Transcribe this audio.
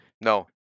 No